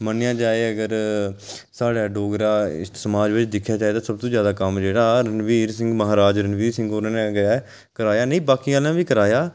मन्नेआ जा अगर साढ़े डोगरा समाज बिच दिक्खेआ जा तां सब तूं जादै कम्म जेह्ड़ा रणवीर सिंह महाराज रणवीर सिंह होरें गै कराया नेईं बाकी आह्लें बी कराया